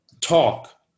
Talk